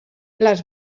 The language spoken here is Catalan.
les